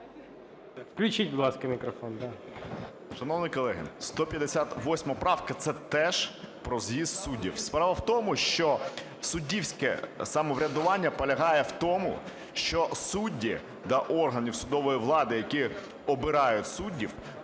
Включіть, будь ласка, мікрофон.